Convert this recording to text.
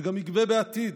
וגם יגבה בעתיד,